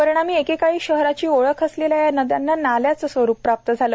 परिणामी एकेकाळी शहराची ओळख असलेल्या या नद्यांना नाल्यांचे स्वरूप प्राप्त झाले